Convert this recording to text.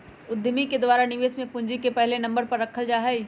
उद्यमि के द्वारा निवेश में पूंजी के पहले नम्बर पर रखल जा हई